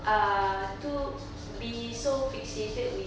err to be so fixated with